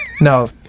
no